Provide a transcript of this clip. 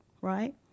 right